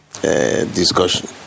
discussion